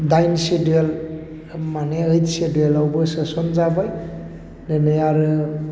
दाइन सेदिउल माने ओइद सेदुलावबो सोसन जाबाय नैबे आरो